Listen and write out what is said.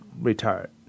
retired